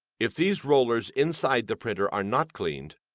if these rollers inside the printer are not cleaned,